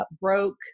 broke